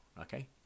okay